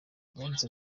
yanditse